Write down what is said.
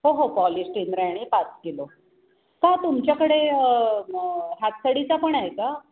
हो हो पॉलिश्ड इंद्रायणी पाच किलो का तुमच्याकडे हातसडीचा पण आहे का